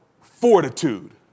fortitude